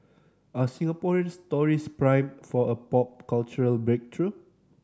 are Singaporean stories primed for a pop cultural breakthrough